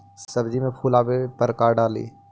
सब्जी मे फूल आने पर का डाली?